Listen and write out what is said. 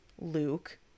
Luke